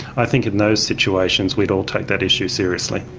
i think in those situations we'd all take that issue seriously.